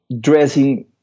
dressing